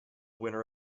winner